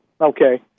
Okay